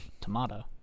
Tomato